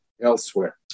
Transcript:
elsewhere